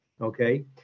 Okay